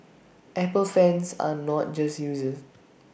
Apple fans are not just users